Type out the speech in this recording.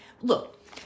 Look